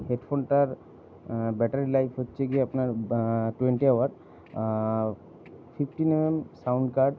হেডফোনটার battery life হচ্ছে গিয়ে আপনার twenty hour fifteen MM sound card